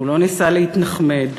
הוא לא ניסה להתנחמד,